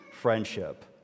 friendship